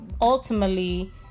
ultimately